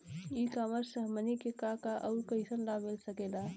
ई कॉमर्स से हमनी के का का अउर कइसन लाभ मिल सकेला?